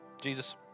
Jesus